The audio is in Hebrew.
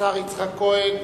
השר יצחק כהן,